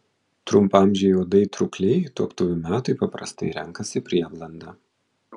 trumpaamžiai uodai trūkliai tuoktuvių metui paprastai renkasi prieblandą